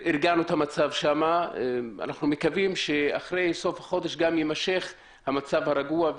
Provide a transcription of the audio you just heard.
הרגענו את המצב ואנחנו מקווים שאחרי סוף החודש יימשך המצב הרגוע,